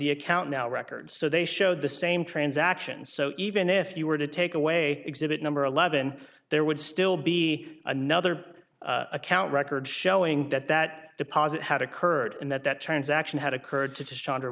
the account now records so they showed the same transaction so even if you were to take away exhibit number eleven there would still be another account record showing that that deposit had occurred and that that transaction had occurred to